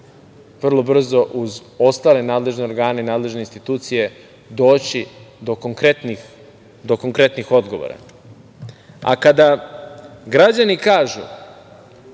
vrlo brzo uz ostale nadležne organe i nadležne institucije doći do konkretnih odgovora. Kada građani kažu